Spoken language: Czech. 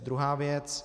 Druhá věc.